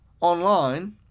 online